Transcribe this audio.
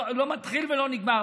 לא מתחיל ולא נגמר.